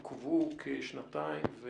עוכבו כשנתיים.